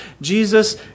Jesus